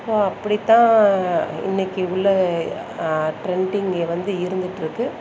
ஓ அப்படித்தான் இன்னிக்கு உள்ள ட்ரெண்டிங்கில் வந்து இருந்துட்டிருக்கு